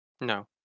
No